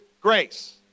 grace